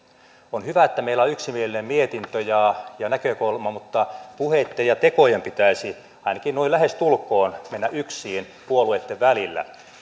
on hyvä että meillä on yksimielinen mietintö ja ja näkökulma mutta puheitten ja tekojen pitäisi ainakin noin lähestulkoon mennä yksiin puolueitten välillä